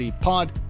pod